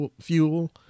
fuel